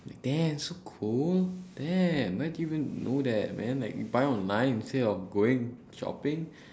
like damn so cool damn where do you even know that man like you buy online instead of going shopping